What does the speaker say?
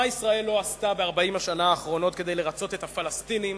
מה ישראל לא עשתה ב-40 השנה האחרונות כדי לרצות את הפלסטינים